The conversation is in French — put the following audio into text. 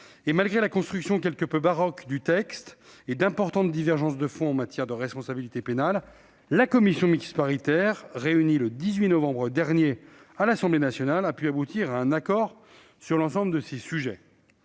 Malgré la construction quelque peu baroque de ce texte et d'importantes divergences de fond en matière de responsabilité pénale, la commission mixte paritaire, réunie le 18 novembre dernier à l'Assemblée nationale, a pu aboutir à un accord sur l'ensemble de ces sujets.